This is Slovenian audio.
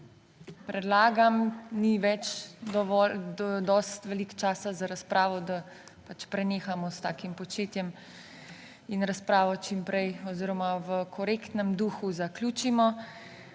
Predlagam, ni več prav veliko časa za razpravo, da prenehamo s takim početjem in razpravo čim prej oziroma v korektnem duhu zaključimo.